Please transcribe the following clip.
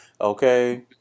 Okay